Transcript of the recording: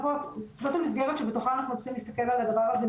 זו המסגרת שבתוכה אנחנו צריכים להסתכל על הדבר הזה.